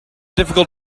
difficult